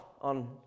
on